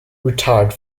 retired